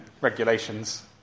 regulations